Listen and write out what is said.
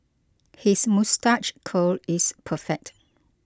his moustache curl is perfect